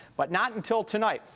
but not until tonight.